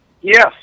Yes